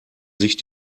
sich